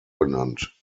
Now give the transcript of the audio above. benannt